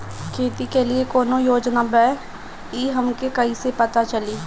खेती के लिए कौने योजना बा ई हमके कईसे पता चली?